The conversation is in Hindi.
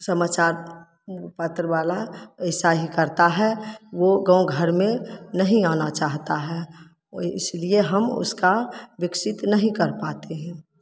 समाचार पत्र वाला ऐसा ही करता है वो गाँव घर में नहीं आना चाहता है और इसीलिए हम उसका विकसित नहीं कर पाते हें